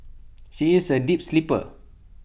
she is A deep sleeper